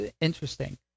interesting